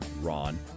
Ron